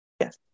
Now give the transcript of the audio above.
Yes